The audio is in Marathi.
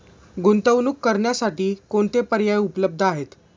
गुंतवणूक करण्यासाठी कोणते पर्याय उपलब्ध आहेत?